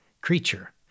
creature